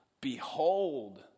behold